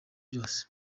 byose